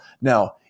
Now